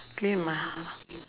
clean my h~